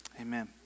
Amen